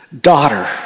daughter